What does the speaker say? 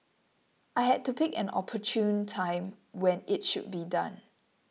I had to pick an opportune time when it should be done